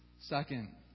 Second